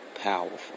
powerful